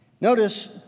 Notice